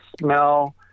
smell